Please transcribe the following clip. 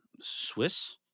Swiss